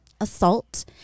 assault